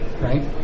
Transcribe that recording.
right